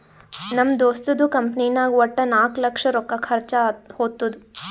ನಮ್ ದೋಸ್ತದು ಕಂಪನಿನಾಗ್ ವಟ್ಟ ನಾಕ್ ಲಕ್ಷ ರೊಕ್ಕಾ ಖರ್ಚಾ ಹೊತ್ತುದ್